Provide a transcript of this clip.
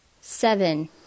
Seven